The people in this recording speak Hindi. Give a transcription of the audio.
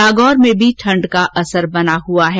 नागौर में भी ठंड का असर बना हुआ है